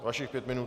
Vašich pět minut.